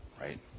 right